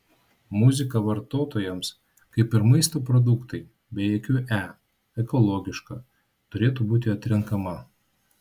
muzika vartotojams kaip ir maisto produktai be jokių e ekologiška turėtų būti atrenkama